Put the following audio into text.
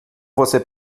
você